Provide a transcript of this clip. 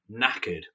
knackered